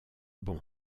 bon